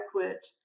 adequate